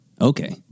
Okay